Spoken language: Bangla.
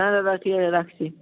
হ্যাঁ দাদা ঠিক আছে রাখছি